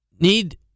Need